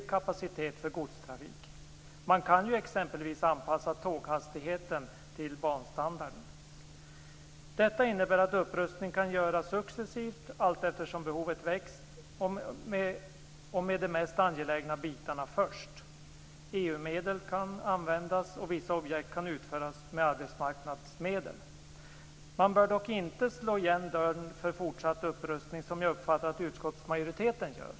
Tåghastigheten kan t.ex. anpassas till banstandarden. Detta innebär att upprustningen kan göras successivt, allteftersom behovet växer, och med de mest angelägna bitarna först. EU-medel kan användas, och vissa objekt kan utföras med arbetsmarknadsmedel. Man bör dock inte slå igen dörren för fortsatt upprustning, som jag uppfattar att utskottsmajoriteten gör.